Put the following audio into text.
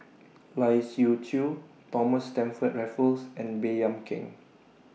Lai Siu Chiu Thomas Stamford Raffles and Baey Yam Keng